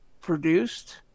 produced